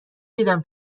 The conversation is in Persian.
دیدم